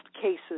cases